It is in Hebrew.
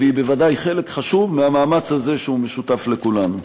והיא בוודאי חלק חשוב מהמאמץ הזה שהוא משותף לכולנו.